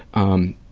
um,